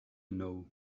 know